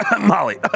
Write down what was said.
Molly